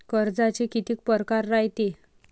कर्जाचे कितीक परकार रायते?